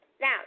now